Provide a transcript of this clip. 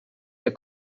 der